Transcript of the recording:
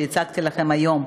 שהצגתי לפניכם היום,